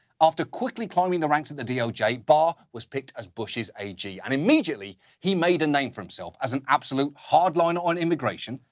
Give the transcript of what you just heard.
after quickly climbing the ranks of the doj, barr was picked as bush's ag. and, immediately, he made a name for himself as an absolute hard line on immigration,